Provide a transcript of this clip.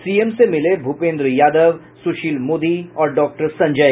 CM से मिले भूपेन्द्र यादव सुशील मोदी और डॉक्टर संजय